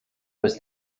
was